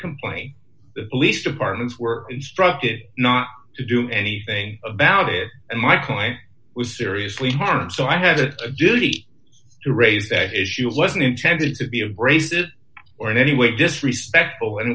complaint the police departments were instructed not to do anything about it and my client was seriously harmed so i had a duty to raise that issue wasn't intended to be abrasive or in any way disrespectful and